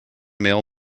male